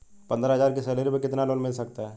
पंद्रह हज़ार की सैलरी पर कितना लोन मिल सकता है?